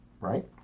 right